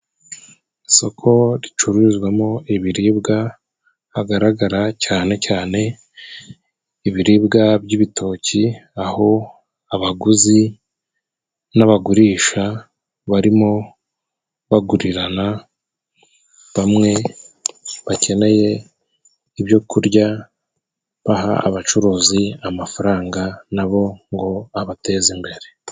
Isoko ricuruzwamo ibiribwa, hagaragara cyane cyane ibiribwa by'ibitoki, aho abaguzi n'abagurisha barimo bagurirana, bamwe bakeneye ibyo kurya baha abacuruzi amafaranga nabo ngo abateza imbere.